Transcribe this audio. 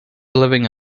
living